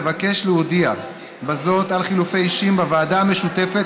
אבקש להודיע בזאת על חילופי אישים בוועדה המשותפת